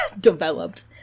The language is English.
developed